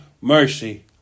mercy